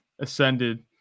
Ascended